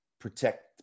protect